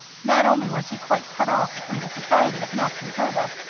not only was he quite cut off from the society of max and hilda,